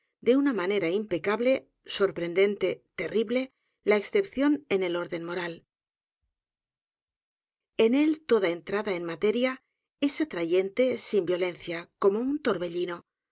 de una manera impecable sorprendente terrible la excepción en el orden moral en él toda entrada en materia es atrayente sin violencia como un torbellino